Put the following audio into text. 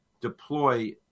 deploy